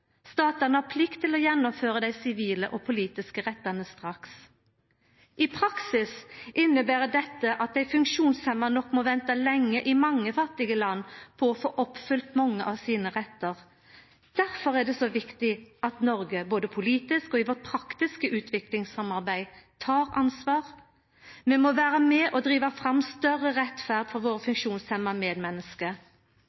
Statane har plikt til å gjennomføra dei sivile og politiske rettane straks. I praksis inneber dette at dei funksjonshemma i mange fattige land nok må venta lenge på å få oppfylt mange av rettane sine. Difor er det så viktig at Noreg både politisk og i vårt praktiske utviklingssamarbeid tek ansvar. Vi må vera med og driva fram større rettferd for våre